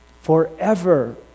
forever